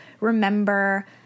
remember